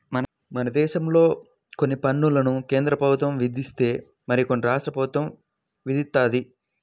మనదేశంలో కొన్ని పన్నులు కేంద్రప్రభుత్వం విధిస్తే మరికొన్ని రాష్ట్ర ప్రభుత్వం విధిత్తది